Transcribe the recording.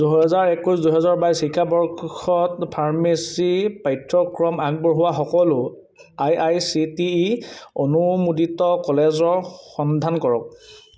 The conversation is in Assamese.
দুহেজাৰ একৈছ দুহেজাৰ বাইছ শিক্ষাবৰ্ষত ফাৰ্মাচী পাঠ্যক্ৰম আগবঢ়োৱা সকলো A I C T E অনুমোদিত কলেজৰ সন্ধান কৰক